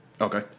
Okay